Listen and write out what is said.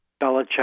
Belichick